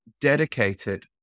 dedicated